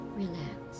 relax